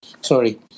Sorry